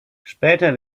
später